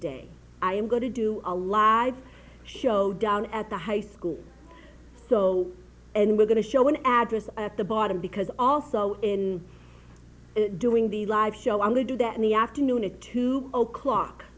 day i'm going to do a live show down at the high school so and we're going to show one address at the bottom because also in doing the live show i'm going to do that in the afternoon at two o'clock